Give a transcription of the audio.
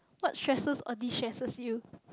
what stresses or distresses you